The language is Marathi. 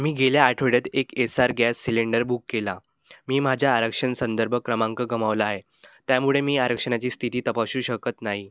मी गेल्या आठवड्यात एक एसार गॅस सिलेंडर बुक केला मी माझा आरक्षण संदर्भ क्रमांक गमावला आहे त्यामुळे मी आरक्षणाची स्थिती तपासू शकत नाही